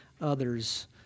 others